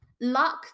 Luck